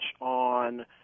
on